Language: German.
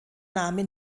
name